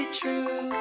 true